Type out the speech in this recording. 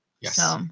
Yes